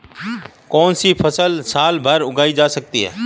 कौनसी फसल साल भर उगाई जा सकती है?